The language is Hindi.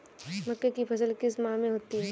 मक्के की फसल किस माह में होती है?